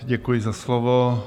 Děkuji za slovo.